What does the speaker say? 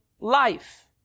life